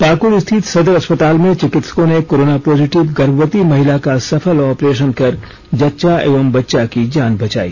पाकड़ स्थित सदर अस्पताल में चिकित्सकों ने कोरोना पॉजिटिव गर्भवती महिला का सफल ऑपरेशन कर जच्चा एवं बच्चा की जान बचाई